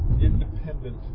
independent